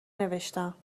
نوشتم